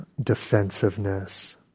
defensiveness